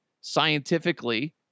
scientifically